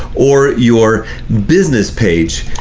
or your business page.